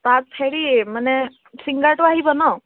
তাত হেৰি মানে চিংগাৰটো আহিব ন